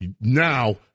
Now